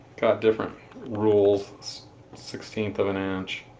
got different rules sixteenth of an inch,